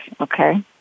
okay